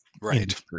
Right